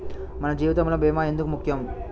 మన జీవితములో భీమా ఎందుకు ముఖ్యం?